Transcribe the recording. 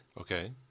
Okay